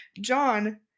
John